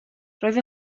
roedd